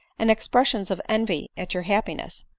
and ex pressions of envy at your happiness.